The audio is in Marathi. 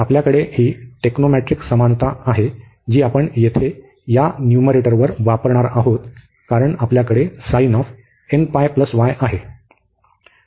तर आपल्याकडे ही टेक्नोमॅट्रिक समानता technomatric equality आहे जी आपण येथे या न्यूमरेटरवर वापरणार आहोत कारण आपल्याकडे आहे